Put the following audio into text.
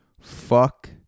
Fuck